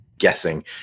guessing